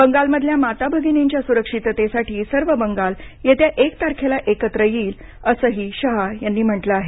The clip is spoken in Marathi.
बंगालमधल्या माता भगिनींच्या सुरक्षिततेसाठी सर्व बंगाल येत्या एक तारखेला एकत्र येईल असंही शाह यांनी म्हटलं आहे